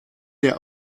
der